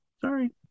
Sorry